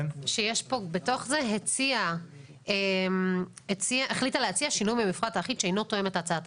שיש פה בתוך הזה "החליטה להציע שינוי במפרט האחיד שאינו תואם את השר".